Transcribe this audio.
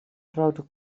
grote